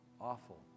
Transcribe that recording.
awful